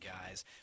guys